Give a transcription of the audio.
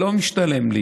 לא משתלם לי.